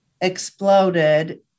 exploded